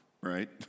right